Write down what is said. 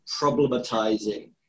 problematizing